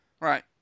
Right